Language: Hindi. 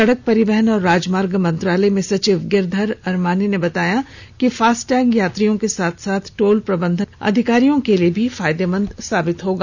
सडक परिवहन और राजमार्ग मंत्रालय में सचिव गिरिधर अरामाने ने बताया कि फास्टैग यात्रियों के साथ साथ टोल प्रबंधन अधिकारियों के लिए भी फायदेमंद साबित होगा